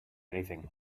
anything